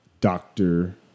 Doctor